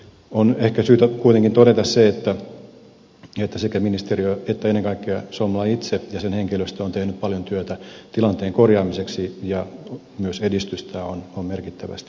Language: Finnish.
on ehkä syytä kuitenkin todeta se että sekä ministeriö että ennen kaikkea somla itse ja sen henkilöstö ovat tehneet paljon työtä tilanteen korjaamiseksi ja myös edistystä on merkittävästi saavutettu